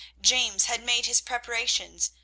james had made his preparations,